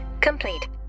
complete